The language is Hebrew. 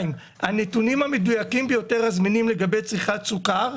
אני לא צריכה להגיד לכם אבל אם תסתכלו על הדיאט בהשוואה לרגיל,